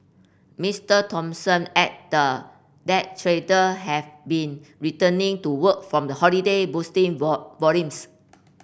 Mister Thompson added that trader have been returning to work from the holiday boosting volumes